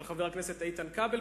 של חבר הכנסת איתן כבל,